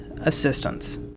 assistance